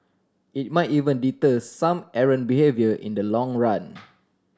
it might even deter some errant behaviour in the long run